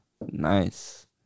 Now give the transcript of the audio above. Nice